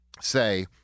say